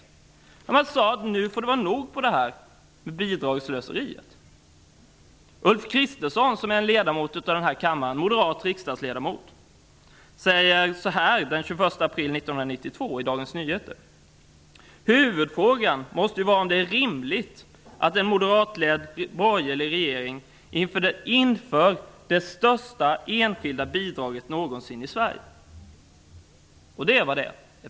Där sade man: Nu får det vara nog med bidragsslöseriet. Ulf Kristersson, som är moderat riksdagsledamot, sade så här den 21 april 1992 i Dagens Nyheter: ''Huvudfrågan måste ju vara om det är rimligt att en moderatledd borgerlig regering inför det största enskilda bidraget någonsin i Sverige.'' Det är just vad det är.